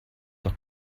doch